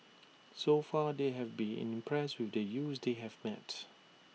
so far they have been impressed with the youths they have met